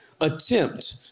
attempt